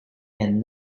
and